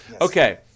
Okay